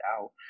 out